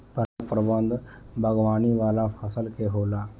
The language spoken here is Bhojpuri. पराग प्रबंधन बागवानी वाला फसल के होला